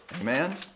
Amen